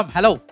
Hello